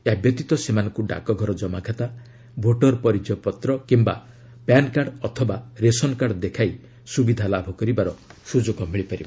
ଏହା ବ୍ୟତୀତ ସେମାନଙ୍କ ଡାକଘର ଜମାଖାତା ଭୋଟର ପରିଚୟପତ୍ର କିମ୍ବା ପ୍ୟାନ୍କାର୍ଡ ଅଥବା ରେସନକାର୍ଡ ଦେଖାଇ ସୁବିଧା ଲାଭ କରିବାର ସ୍ୱଯୋଗ ମିଳିବ